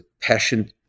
Passion